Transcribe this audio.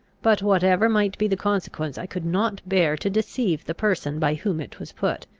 but, whatever might be the consequence, i could not bear to deceive the person by whom it was put,